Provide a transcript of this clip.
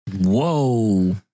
Whoa